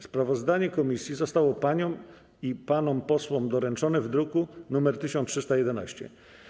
Sprawozdanie komisji zostało paniom i panom posłom doręczone w druku nr 1311.